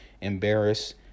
embarrass